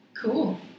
Cool